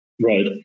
Right